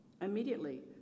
Immediately